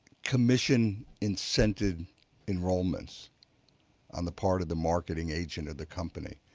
commission incentive enrollments on the part of the marketing agent of the company.